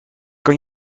kan